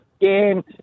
game